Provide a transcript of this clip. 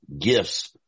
gifts